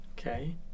Okay